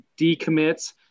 decommits